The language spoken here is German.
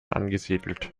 angesiedelt